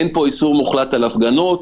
אין פה איסור מוחלט על הפגנות,